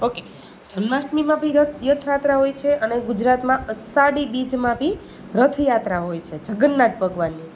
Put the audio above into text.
okay જન્માષ્ટમીમાં બી રથયાત્રા હોય છે અને ગુજરાતમાં અષાઢી બીજમાં બી રથયાત્રા હોય છે જગન્નાથ ભગવાનની જો